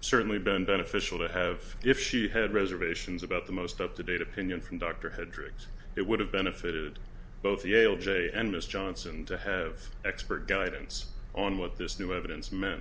certainly been beneficial to have if she had reservations about the most up to date opinion from dr hendrix it would have benefited both yale j and miss johnson to have expert guidance on what this new evidence me